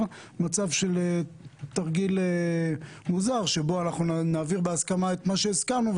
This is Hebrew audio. מצב של תרגיל מוזר שבו אנחנו נעביר בהסכמה את מה שהסכמנו,